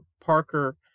Parker